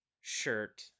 shirt